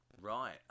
Right